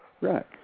Right